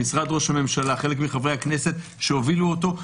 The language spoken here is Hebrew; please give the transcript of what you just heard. לבין משרד ראש הממשלה וחלק מחברי הכנסת שהובילו אותו.